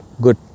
good